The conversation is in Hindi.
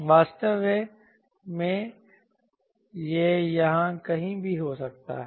वास्तव में यह यहाँ कहीं भी हो सकता है